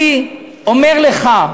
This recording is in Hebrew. אני אומר לך,